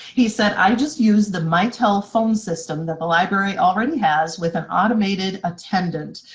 he said, i just used the mitel phone system that the library already has with an automated attendant.